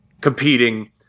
competing